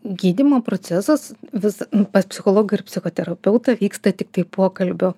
gydymo procesas vis pas psichologą ir psichoterapeutą vyksta tiktai pokalbio